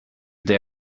they